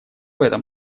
этом